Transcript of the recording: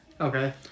Okay